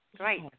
Right